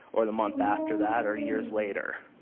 or the month after that or years later.